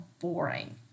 boring